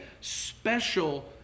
special